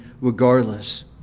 regardless